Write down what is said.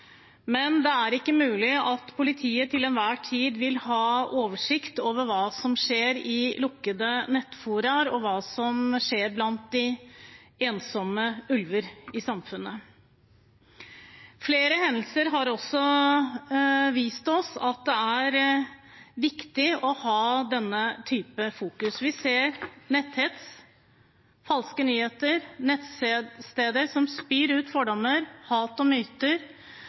Men det er ikke mulig at politiet til enhver tid vil ha oversikt over hva som skjer i lukkede nettforum, og hva som skjer blant ensomme ulver i samfunnet. Flere hendelser har også vist oss at det er viktig å ha denne typen fokus. Vi ser netthets, falske nyheter og nettsteder som spyr ut fordommer – hat og myter